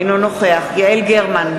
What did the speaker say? אינו נוכח יעל גרמן,